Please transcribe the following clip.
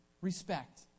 Respect